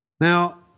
Now